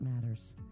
matters